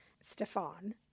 Stefan